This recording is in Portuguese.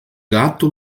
gato